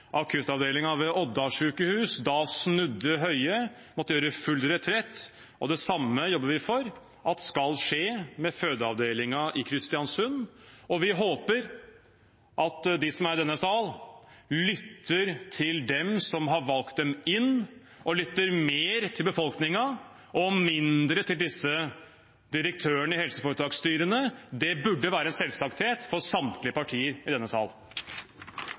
akuttavdelingen ved Odda sykehus. Da snudde Høie og måtte gjøre full retrett, og det samme jobber vi for skal skje med fødeavdelingen i Kristiansund. Vi håper at de som er i denne sal, lytter til dem som har valgt dem inn, at de lytter mer til befolkningen og mindre til direktørene i helseforetaksstyrene. Det burde være selvsagt for samtlige partier i denne sal.